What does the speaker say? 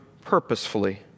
purposefully